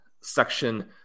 section